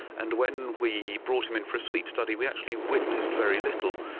and when we brought him in for a sleep study we actually witnessed very little,